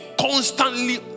constantly